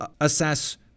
assess